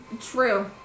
True